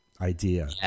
idea